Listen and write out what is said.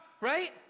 right